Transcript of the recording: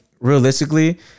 realistically